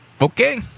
Okay